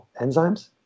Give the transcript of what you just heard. enzymes